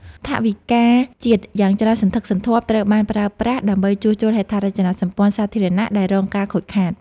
ថវិកាជាតិយ៉ាងច្រើនសន្ធឹកសន្ធាប់ត្រូវបានប្រើប្រាស់ដើម្បីជួសជុលហេដ្ឋារចនាសម្ព័ន្ធសាធារណៈដែលរងការខូចខាត។